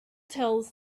tales